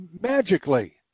Magically